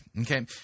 okay